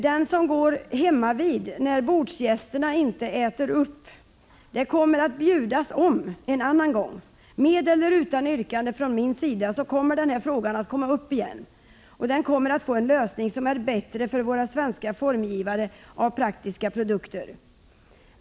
Det går som hemmavid när bordsgästerna inte äter upp. Det kommer att bjudas om, en annan gång. Med eller utan yrkanden från min sida kommer denna fråga att komma upp igen. Den kommer att få en lösning som är bättre för våra svenska formgivare av praktiska produkter.